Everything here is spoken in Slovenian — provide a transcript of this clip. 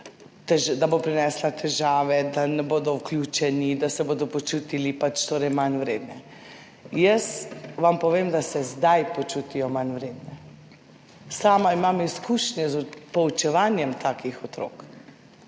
da bo prinesla težave, da ne bodo vključeni, da se bodo počutili manjvredne. Jaz vam povem, da se zdaj počutijo manjvredne. Sama imam izkušnje s poučevanjem takih otrok,